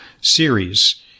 series